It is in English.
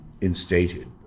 instated